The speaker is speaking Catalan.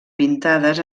pintades